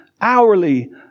hourly